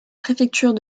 préfecture